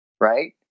right